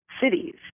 cities